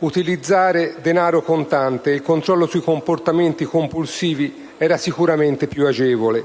utilizzare denaro contante. Il controllo sui comportamenti compulsivi era sicuramente più agevole,